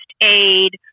aid